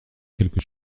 quelque